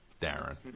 Darren